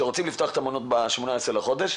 רוצים לפתוח את המעונות ב-18 לחודש.